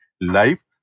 life